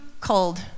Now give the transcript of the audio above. cold